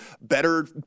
better